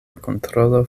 kontrolo